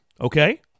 Okay